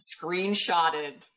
screenshotted